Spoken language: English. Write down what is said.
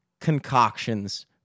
concoctions